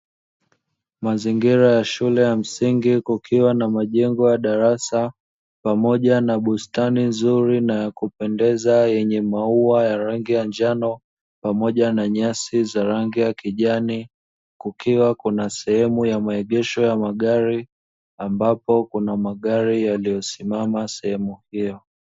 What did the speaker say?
Mazingira ya shule ya msingi kukiwa na majengo ya darasa, pamoja na bustani nzuri na ya kupendeza yenye mauwa ya rangi ya njano, pamoja na nyasi za rangi ya kijani kukiwa kuna sehemu ya maegesho ya magari ambapo kuna magari yaliyosimama sehemu hiyo.